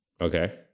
Okay